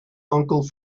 uncle